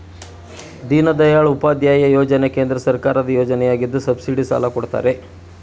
ದೀನದಯಾಳ್ ಉಪಾಧ್ಯಾಯ ಯೋಜನೆ ಕೇಂದ್ರ ಸರ್ಕಾರದ ಯೋಜನೆಯಗಿದ್ದು ಸಬ್ಸಿಡಿ ಸಾಲ ಕೊಡ್ತಾರೆ